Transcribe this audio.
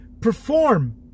perform